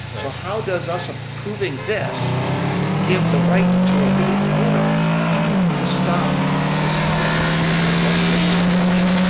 so, how does us approving this give the right to a new owner to stop what's happening in our industrial subdivision.